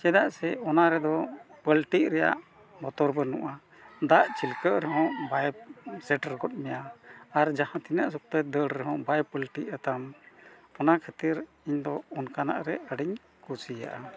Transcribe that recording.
ᱪᱮᱫᱟᱜ ᱥᱮ ᱚᱱᱟ ᱨᱮᱫᱚ ᱯᱟᱹᱞᱴᱤᱜ ᱨᱮᱭᱟᱜ ᱵᱚᱛᱚᱨ ᱵᱟᱹᱱᱩᱜᱼᱟ ᱫᱟᱜ ᱪᱤᱞᱠᱟᱹᱜ ᱨᱮᱦᱚᱸ ᱵᱟᱭ ᱥᱮᱴᱮᱨ ᱜᱚᱫ ᱢᱮᱭᱟ ᱟᱨ ᱡᱟᱦᱟᱸ ᱛᱤᱱᱟᱹᱜ ᱥᱚᱠᱛᱚᱭ ᱫᱟᱹᱲ ᱨᱮᱦᱚᱸ ᱵᱟᱭ ᱯᱟᱹᱞᱴᱤᱜᱼᱟ ᱛᱟᱢ ᱚᱱᱟ ᱠᱷᱟᱹᱛᱤᱨ ᱤᱧ ᱫᱚ ᱚᱱᱠᱟᱱᱟᱜ ᱨᱮ ᱟᱹᱰᱤᱧ ᱠᱩᱥᱤᱭᱟᱜᱼᱟ